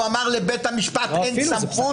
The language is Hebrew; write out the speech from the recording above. הוא אמר: לבית המשפט אין סמכות.